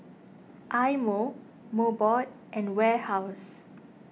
Eye Mo Mobot and Warehouse